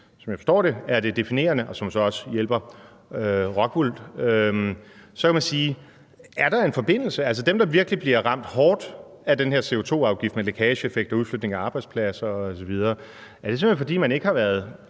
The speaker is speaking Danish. som jeg forstår er det definerende, og hvilket jo også hjælper Rockwool, så kan man spørge: Er der en forbindelse? Altså, har de, der virkelig bliver ramt hårdt af den her CO2-afgift med lækageeffekt og udflytning af arbejdspladser osv., simpelt hen ikke været